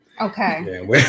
Okay